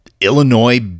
Illinois